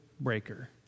breaker